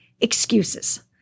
excuses